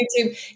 YouTube